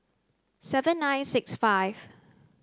seven nine six five